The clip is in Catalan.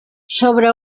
sobre